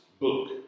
book